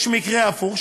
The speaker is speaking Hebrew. יש מקרה הפוך,